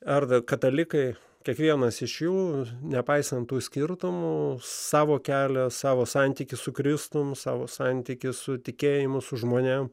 ar katalikai kiekvienas iš jų nepaisant skirtumų savo kelią savo santykį su kristumi savo santykį su tikėjimu su žmonėms